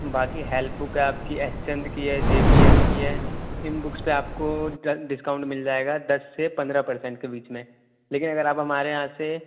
باقی help book ہے آپ کی ایس چند کی ہے جے پی ایچ کی ہے ان بکس پہ آپ کو ڈسکاؤنٹ مل جائے گا دس سے پندرہ پر سنٹ کے بیچ میں لیکن اگر آپ ہمارے یہاں سے